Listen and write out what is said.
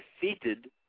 defeated